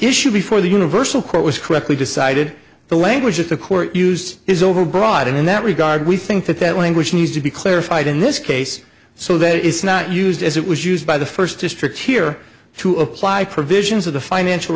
issue before the universal quote was quickly decided the language of the court used is overbroad in that regard we think that that language needs to be clarified in this case so there is not used as it was used by the first district here to apply provisions of the financial